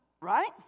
right